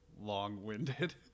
long-winded